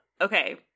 Okay